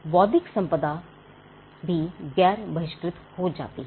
बौद्धिक संपदा भी गैर बहिष्कृत हो जाती है